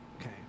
Okay